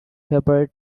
favorite